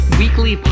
weekly